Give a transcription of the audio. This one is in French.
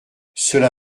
cela